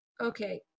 Okay